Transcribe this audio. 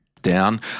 down